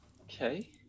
okay